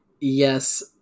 yes